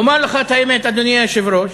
לומר לך את האמת, אדוני היושב-ראש,